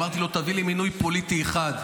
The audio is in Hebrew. אמרתי לו: תביא לי מינוי פוליטי אחד.